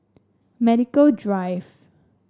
Medical Drive